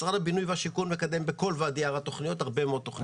משרד הבינוי והשיכון מקדם בוואדי ערה הרבה מאוד תכניות.